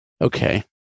okay